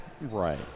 Right